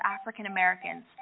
African-Americans